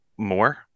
more